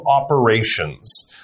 operations